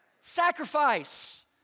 Sacrifice